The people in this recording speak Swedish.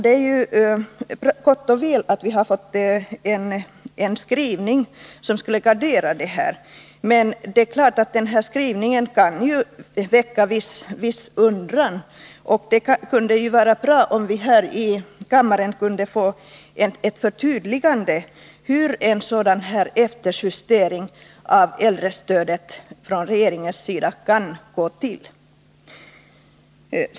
Det är gott och väl att vi har fått en skrivning som tjänar som gardering. Men det är klart att skrivningen kan väcka viss undran, och det skulle vara bra om vi här i kammaren kunde få ett förtydligande av hur en sådan här efterjustering av äldrestödet från regeringens sida kan gå till.